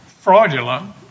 fraudulent